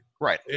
Right